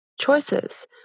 choices